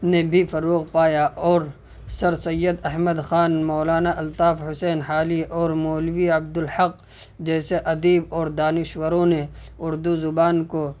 نے بھی فروغ پایا اور سر سید احمد خان مولانا الطاف حسین حالی اور مولوی عبد الحق جیسے ادیب اور دانشوروں نے اردو زبان کو